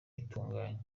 itunganye